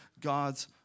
God's